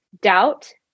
doubt